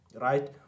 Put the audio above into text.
right